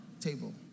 table